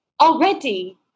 already